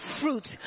fruit